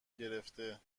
گرفته